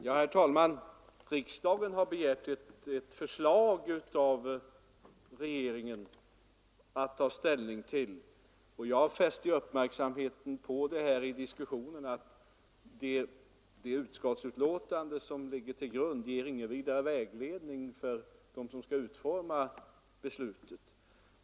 Herr talman! Riksdagen har begärt ett förslag av regeringen att ta ställning till, och i den diskussion som då fördes här fäste jag uppmärksamheten på att det utskottsbetänkande som ligger till grund ger ingen vidare vägledning för dem som skall utforma förslaget.